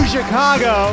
Chicago